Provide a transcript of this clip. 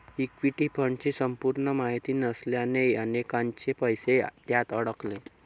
equity फंडची संपूर्ण माहिती नसल्याने अनेकांचे पैसे त्यात अडकले